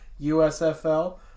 USFL